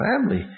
family